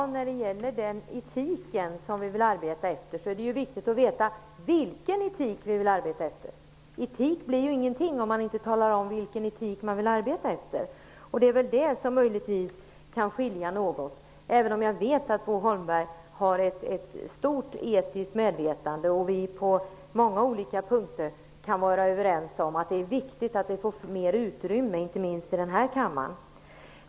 Herr talman! Det är viktigt att veta vilken etik vi vill arbeta efter. Etik blir ingenting om man inte talar om vilken etik man vill arbeta efter. Det är väl det som möjligtvis kan skilja något. Jag vet att Bo Holmberg har ett stort etiskt medvetande, och vi kan på många punkter vara överens om att det är viktigt att etik får mer utrymme -- inte minst i denna kammare.